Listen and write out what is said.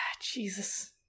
Jesus